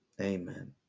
Amen